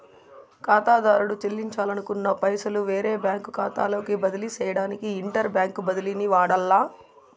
కాతాదారుడు సెల్లించాలనుకున్న పైసలు వేరే బ్యాంకు కాతాలోకి బదిలీ సేయడానికి ఇంటర్ బ్యాంకు బదిలీని వాడాల్ల